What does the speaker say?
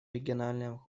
региональном